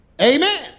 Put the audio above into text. Amen